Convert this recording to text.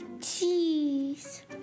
Cheese